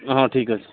ହଁ ଠିକ୍ ଅଛି